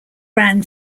ran